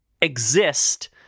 exist